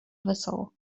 wesoło